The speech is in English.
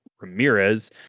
Ramirez